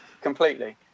completely